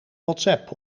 whatsapp